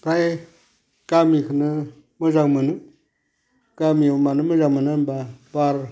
फ्राय गामिखोनो मोजां मोनो गामियाव मानो मोजां मोनो होनब्ला बार